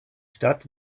stadt